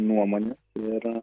nuomones ir